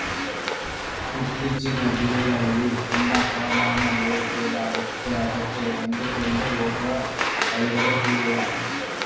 ಇತ್ತೇಚಿನ ದಿನಗಳಲ್ಲಿ ತುಂಬಾ ಹವಾಮಾನ ಏರು ಪೇರು ಆಗುತ್ತಿದೆ ಅದಕ್ಕೆ ಹೊಂದಿಕೊಂಡು ಹೋಗುವ ತಳಿಗಳು ಇವೆಯಾ?